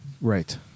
Right